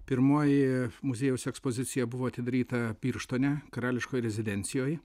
pirmoji muziejaus ekspozicija buvo atidaryta birštone karališkoj rezidencijoj